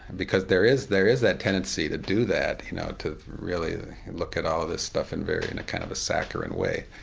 because there is there is that tendency to do that, you know, to really look at all of this stuff in in a kind of a saccharine way.